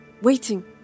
waiting